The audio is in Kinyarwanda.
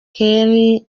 khloe